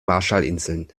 marshallinseln